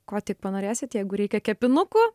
ko tik panorėsit jeigu reikia kepinukų